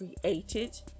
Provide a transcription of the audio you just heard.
created